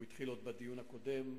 הוא התחיל עוד בדיון הקודם,